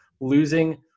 losing